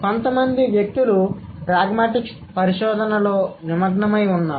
కొంతమంది వ్యక్తులు ప్రాగ్మాటిక్స్ పరిశోధనలో నిమగ్నమై వున్నారు